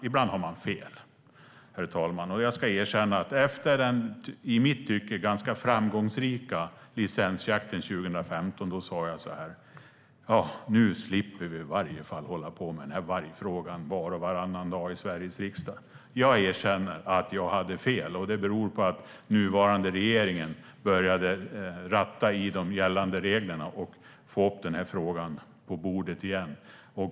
Ibland har man fel, herr talman. Jag ska erkänna att efter den i mitt tycke framgångsrika licensjakten 2015 sa jag att vi nu slipper hålla på med vargfrågan var och varannan dag i Sveriges riksdag. Jag erkänner att jag hade fel. Det beror på att den nuvarande regeringen började ratta i de gällande reglerna och fick upp frågan på bordet igen.